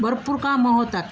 भरपूर कामं होतात